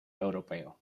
europeo